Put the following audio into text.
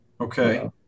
Okay